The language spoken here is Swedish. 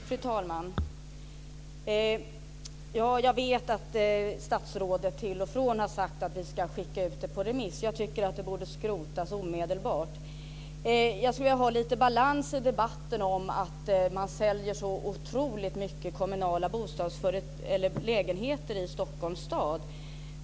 Fru talman! Jag vet att statsrådet till och från har sagt att vi ska skicka ut det på remiss. Jag tycker att det borde skrotas omedelbart. Jag skulle vilja ha litet balans i debatten om att man säljer så otroligt mycket kommunala lägenheter i Stockholms stad.